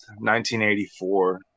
1984